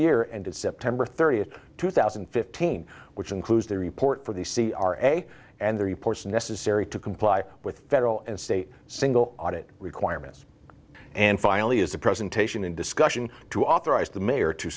year and to september thirtieth two thousand and fifteen which includes the report for the c r a and the reports necessary to comply with federal and state single audit requirements and finally is the presentation in discussion to authorize the mayor to